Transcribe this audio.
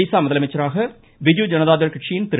ஒடிசா முதலமைச்சராக பிஜு ஜனதா தள் கட்சியின் திரு